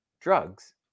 drugs